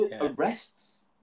arrests